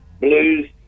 blues